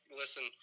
listen